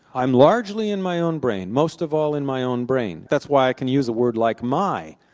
i'm largely in my own brain, most of all in my own brain. that's why i can use a word like my.